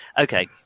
Okay